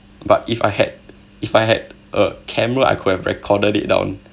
but if I had if I had a camera I could have recorded it down